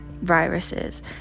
viruses